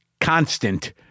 constant